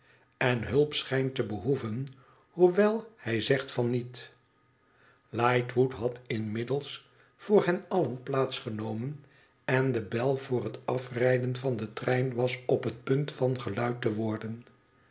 en hulp schijnt te behoeven hoewel hij zegt van niet j lightwood had inmiddels voor hen allen plaats genomen en de bel voor het afrijden van den trein was op het punt van geluid te worden